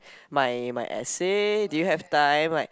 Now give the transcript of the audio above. my my essay do you have time like